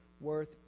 worth